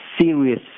serious